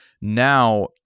Now